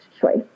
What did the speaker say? choice